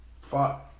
Fuck